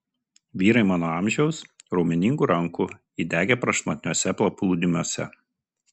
vyrai mano amžiaus raumeningų rankų įdegę prašmatniuose paplūdimiuose